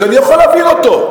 שאני יכול להבין אותו,